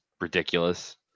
ridiculous